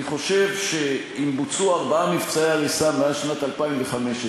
אני חושב שאם בוצעו ארבעה מבצעי הריסה מאז תחילת שנת 2015,